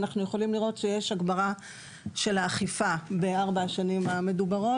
אנחנו יכולים לראות שיש הגברה באכיפה בארבע השנים המדוברות,